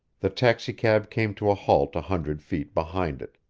the taxicab came to a halt a hundred feet behind it.